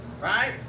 Right